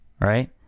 Right